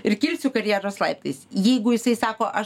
ir kilsiu karjeros laiptais jeigu jisai sako aš